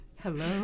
Hello